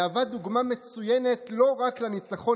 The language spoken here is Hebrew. מהווה דוגמה מצוינת לא רק לניצחון